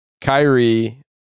Kyrie